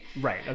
right